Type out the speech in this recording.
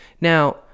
Now